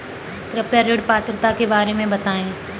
कृपया ऋण पात्रता के बारे में बताएँ?